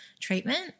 treatment